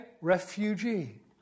refugee